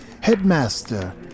Headmaster